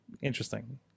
Interesting